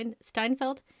steinfeld